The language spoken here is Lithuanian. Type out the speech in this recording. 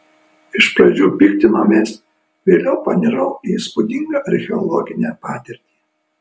iš pradžių piktinomės vėliau panirau į įspūdingą archeologinę patirtį